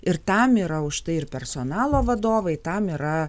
ir tam yra užtai ir personalo vadovai tam yra